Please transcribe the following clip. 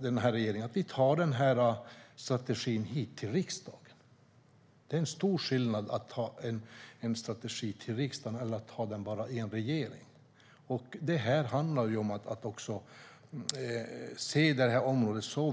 den här regeringen tar strategin hit till riksdagen. Det är en stor skillnad mellan att ta en strategi till riksdagen och att bara ha den i en regering. Man måste inse hur viktigt det här området är.